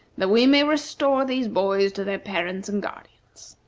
that we may restore these boys to their parents and guardians.